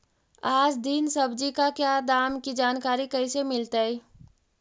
आज दीन सब्जी का क्या दाम की जानकारी कैसे मीलतय?